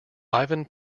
ivan